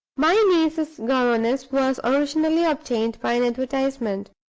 my niece's governess was originally obtained by an advertisement,